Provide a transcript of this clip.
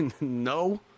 no